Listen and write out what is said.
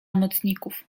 nocników